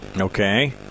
Okay